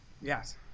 Yes